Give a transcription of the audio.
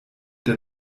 der